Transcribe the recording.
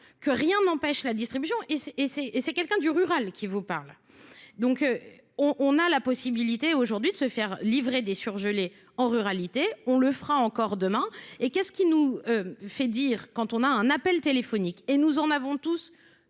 que rien n'empêche la distribution et c'est quelqu'un du rural qui vous parle. Donc on a la possibilité aujourd'hui de se faire livrer des surgelés en ruralité, on le fera encore demain. Et qu'est-ce qui nous fait dire quand on a un appel téléphonique, et nous en avons tous